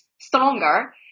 stronger